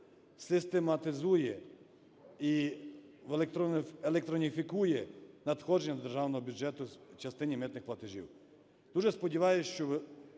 систематизує і електроніфікує надходження до державного бюджету в частині митних платежів. Дуже сподіваюсь, що